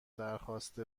درخواست